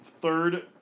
Third